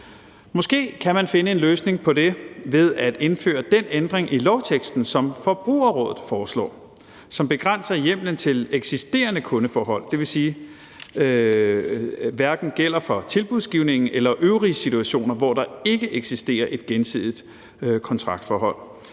Måske kan man finde en løsning på det ved at indføre den ændring i lovteksten, som Forbrugerrådet Tænk foreslår, som begrænser hjemmelen til eksisterende kundeforhold. Det vil sige, at det hverken gælder for tilbudsgivningen eller øvrige situationer, hvor der ikke eksisterer et gensidigt kontraktforhold.